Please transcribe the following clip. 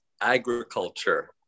agriculture